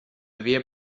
via